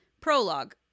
Prologue